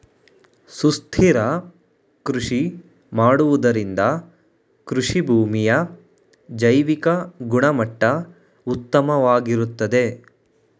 ಸುಸ್ಥಿರ ಕೃಷಿ ಮಾಡುವುದರಿಂದ ಕೃಷಿಭೂಮಿಯ ಜೈವಿಕ ಗುಣಮಟ್ಟ ಉತ್ತಮವಾಗಿರುತ್ತದೆ